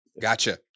Gotcha